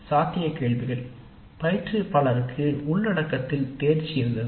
சாத்திய கேள்விகள் பயிற்றுவிப்பாளருக்கு உள்ளடக்கத்தில் தேர்ச்சி இருந்தது